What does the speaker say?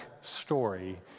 story